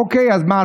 אוקיי, אז מה?